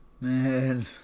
Man